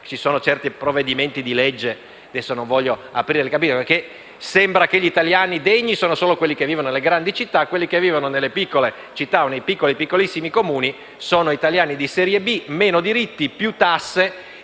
ci sono certi provvedimenti di legge - anche se non voglio aprire una polemica - per i quali sembra che gli italiani degni siano solo quelli che vivono nelle grandi città, mentre quelli che vivono nelle piccole città o nei piccoli e piccolissimi Comuni sono italiani di serie B, con meno diritti e più tasse.